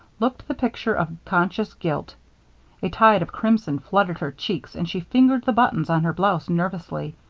looked the picture of conscious guilt a tide of crimson flooded her cheeks and she fingered the buttons on her blouse nervously.